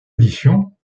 édition